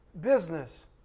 business